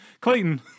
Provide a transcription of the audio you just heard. Clayton